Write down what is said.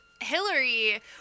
Hillary